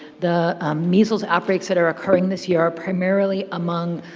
the measles outbreaks that are occurring this year are primarily among